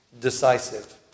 decisive